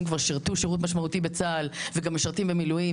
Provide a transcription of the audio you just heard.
כבר שירתו שירות משמעותי בצה"ל וגם משרתים במילואים,